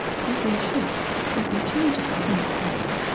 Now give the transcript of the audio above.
something shifts, something changes a little bit.